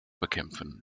bekämpfen